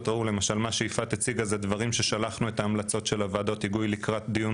אמרו למשל מה שיפעת הציגה זה ההמלצות של וועדות ההיגוי לדיון